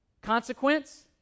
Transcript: Consequence